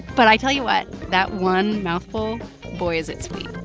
but i tell you what that one mouthful boy, is it sweet.